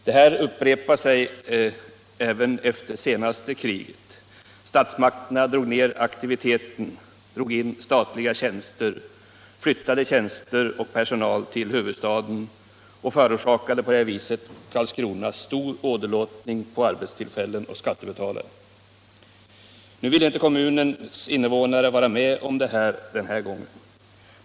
Det här upprepade sig även efter det senaste kriget. Statsmakterna drog ner aktiviteten, drog in statliga tjänster, flyttade tjänster och personal till huvudstaden och förorsakade därigenom stor åderlåtning på arbetstillfällen och på skattebetalare i Karlskrona. Den här gången ville inte kommunens innevånare vara med om en sådan utveckling.